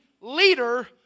leader